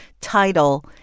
title